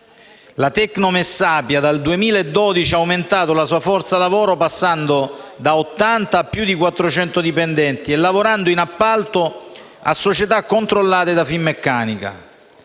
Tecnomessapia ha aumentato la sua forza lavoro, passando da 80 a più di 400 dipendenti, lavorando in appalto per società controllate da Finmeccanica.